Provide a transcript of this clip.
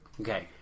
Okay